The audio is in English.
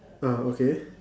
ah okay